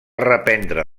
reprendre